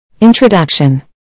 Introduction